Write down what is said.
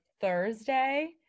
Thursday